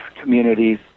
communities